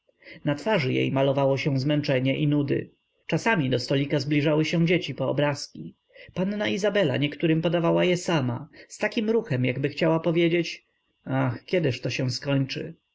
na twarzy jej malowało się zmęczenie i nudy czasami do stolika zbliżały się dzieci po obrazki panna izabela niektórym podawła je sama z takim ruchem jakby chciała powiedzieć ach kiedyż się to skończy